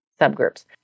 subgroups